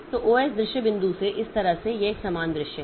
तो ओएस दृश्य बिंदु से इस तरह से यह एक समान दृश्य है